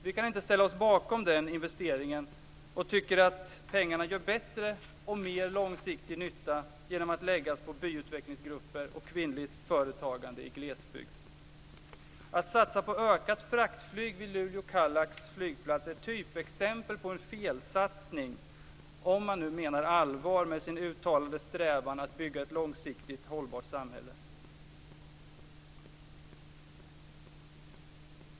Vi kan inte ställa oss bakom den investeringen och tycker att pengarna gör bättre och mer långsiktig nytta genom att läggas på byutvecklingsgrupper och kvinnligt företagande i glesbygd. Att satsa på ökat fraktflyg vid Luleå/Kallax flygplats är ett typexempel på en felsatsning, om man nu menar allvar med sin uttalade strävan att bygga ett långsiktigt hållbart samhälle.